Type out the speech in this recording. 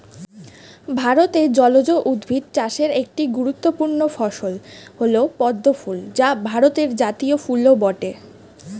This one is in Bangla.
ভারতে জলজ উদ্ভিদ চাষের একটি গুরুত্বপূর্ণ ফসল হল পদ্ম ফুল যা ভারতের জাতীয় ফুলও বটে